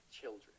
children